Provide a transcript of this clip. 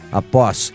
após